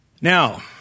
Now